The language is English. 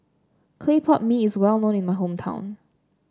Clay Pot Mee is well known in my hometown